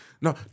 no